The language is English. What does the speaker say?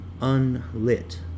unlit